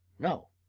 no,